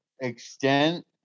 extent